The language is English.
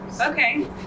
Okay